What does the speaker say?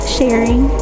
sharing